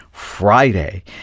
Friday